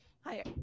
hi